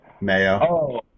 Mayo